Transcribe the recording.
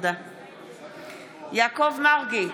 יעקב מרגי,